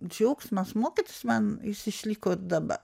džiaugsmas mokytis man jis išliko ir dabar